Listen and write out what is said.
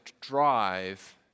drive